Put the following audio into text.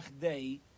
day